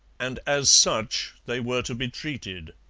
and as such they were to be treated.